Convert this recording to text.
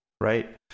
right